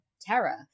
terror